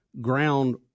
ground